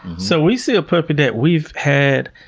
so we see a puppy that we've had,